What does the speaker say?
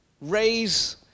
raise